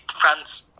France